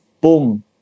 Boom